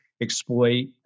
exploit